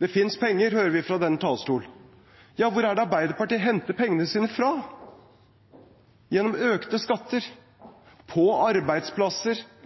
Det fins penger, hører vi fra denne talerstolen. Men hvor er det Arbeiderpartiet henter pengene sine fra? Gjennom økte skatter på arbeidsplasser